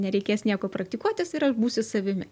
nereikės nieko praktikuotis ir aš būsiu savimi